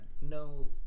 no